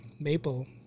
Maple